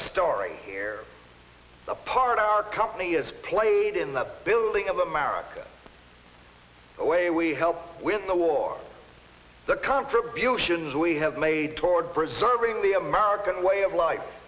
story here a part of our company is played in the building of america the way we help with the war the contributions we have made toward preserving the american way of life